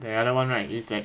the other [one] right is like